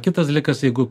kitas dalykas jeigu